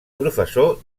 professor